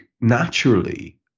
naturally